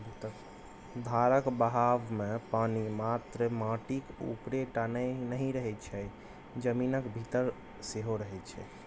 धारक बहावमे पानि मात्र माटिक उपरे टा नहि रहय छै जमीनक भीतर सेहो रहय छै